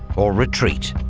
or retreat.